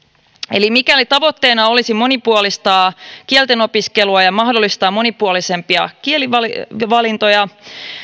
mikäli tavoitteena olisi monipuolistaa kieltenopiskelua ja mahdollistaa monipuolisempia kielivalintoja